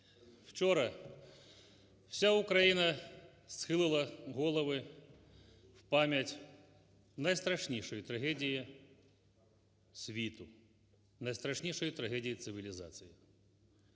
вчора вся Україна схилила голови в пам'ять найстрашнішої трагедії світу, найстрашнішої трагедії цивілізації.